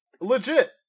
legit